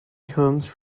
homes